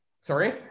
Sorry